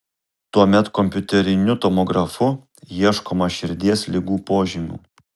tuomet kompiuteriniu tomografu ieškoma širdies ligų požymių